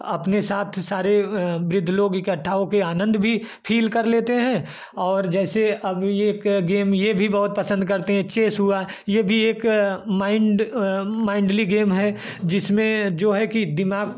अपने साथ सारे वृद्ध लोग इकट्ठा होकर आनंद भी फील कर लेते हैं और जैसे अब एक गेम यह भी बहुत पसंद करते हैं चेस हुआ यह भी एक माइंड माइंडली गेम है जिसमें जो है कि दिमाग